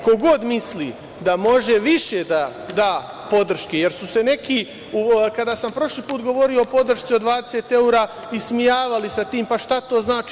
Ko god misli da može više da da podrške, jer su se neki kada sam prošli put govorio o podršci od 20 evra ismejavali sa tim - pa šta to znači?